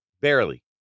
barely